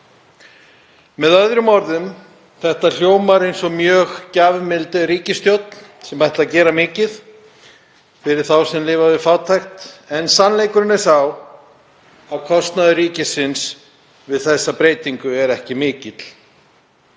Með öðrum orðum: Þetta hljómar eins og mjög gjafmild ríkisstjórn sem ætlar að gera mikið fyrir þá sem lifa við fátækt en sannleikurinn er sá að kostnaður ríkisins við þessa breytingu er ekki mikill.